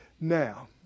Now